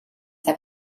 have